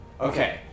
Okay